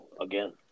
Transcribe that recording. again